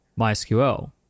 mysql